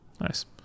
Nice